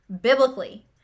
biblically